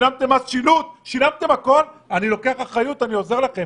שהוא לוקח אחריות ועוזר להם.